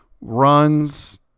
runs